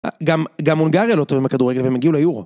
גם, גם מונגריה לא טובה עם הכדורגל והם הגיעו ליורו